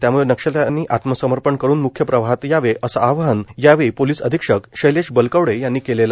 त्याम्ळे नक्षल्यांनी आत्मसमर्पण करुन म्ख्य प्रवाहात यावे असे आवाहन पोलिस अधीक्षक शैलेश बलकवडे यांनी केले